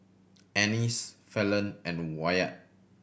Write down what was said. Annis Fallon and Wyatt